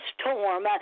storm